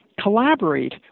collaborate